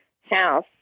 house